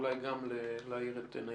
אולי גם להאיר את עינינו.